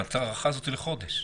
ההארכה הזאת היא לחודש?